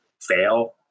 fail